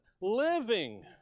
living